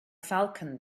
falcon